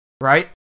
Right